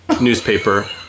newspaper